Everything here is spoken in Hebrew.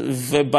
בסוף,